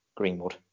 greenwood